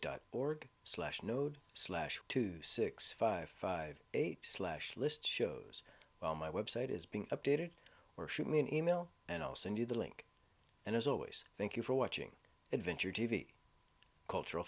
dot org slash node slash two six five five eight slash list shows well my website is being updated or shoot me an email and i'll send you the link and as always thank you for watching adventure t v cultural